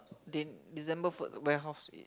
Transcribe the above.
they December warehouse